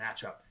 matchup